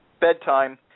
bedtime